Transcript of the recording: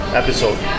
episode